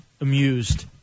amused